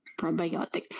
probiotics